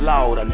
Lord